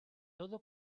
todo